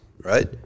right